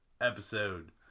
episode